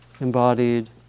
embodied